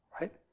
right